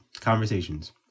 Conversations